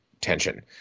tension